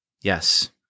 yes